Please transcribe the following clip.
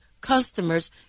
customers